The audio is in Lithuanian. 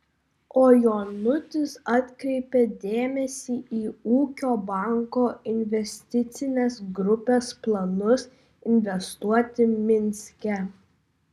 o jonutis atkreipia dėmesį į ūkio banko investicinės grupės planus investuoti minske